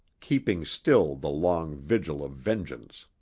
keeping still the long vigil of vengeance.